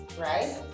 right